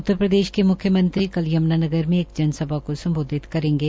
उत्तरप्रदेश के म्ख्यमंत्री कल यम्नानगर में एक जन सभा को सम्बोधित करेंगे